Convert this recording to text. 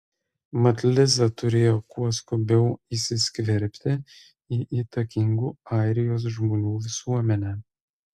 mat liza turėjo kuo skubiau įsiskverbti į įtakingų airijos žmonių visuomenę